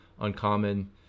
uncommon